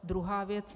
Druhá věc.